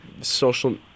social